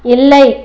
இல்லை